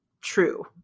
true